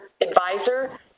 advisor